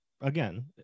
again